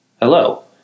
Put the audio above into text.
Hello